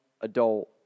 adult